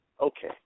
Okay